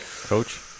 Coach